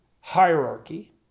hierarchy